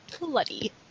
bloody